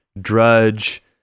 drudge